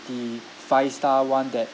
the five star [one] that